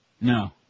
No